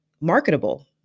marketable